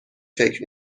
فکر